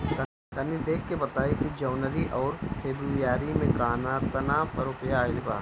तनी देख के बताई कि जौनरी आउर फेबुयारी में कातना रुपिया आएल बा?